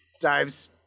dives